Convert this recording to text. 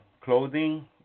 clothing